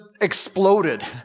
exploded